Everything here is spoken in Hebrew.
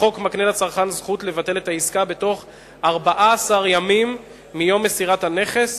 החוק מקנה לצרכן זכות לבטל את העסקה בתוך 14 ימים מיום מסירת הנכס,